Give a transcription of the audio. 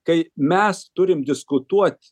kai mes turim diskutuot